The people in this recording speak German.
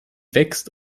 wächst